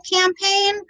campaign